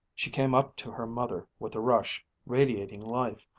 she came up to her mother with a rush, radiating life.